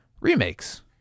remakes